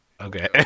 okay